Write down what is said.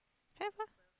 have ah